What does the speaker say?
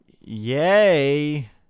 yay